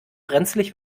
brenzlig